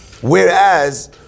Whereas